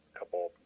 couple